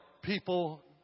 People